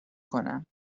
کنم